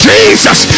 Jesus